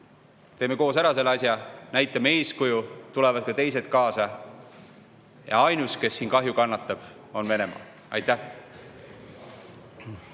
Teeme koos ära selle asja, näitame eeskuju, siis tulevad ka teised kaasa. Ja ainus, kes kahju kannatab, on Venemaa. Aitäh!